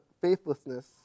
faithlessness